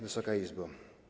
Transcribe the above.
Wysoka Izbo!